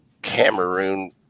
Cameroon